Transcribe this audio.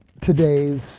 today's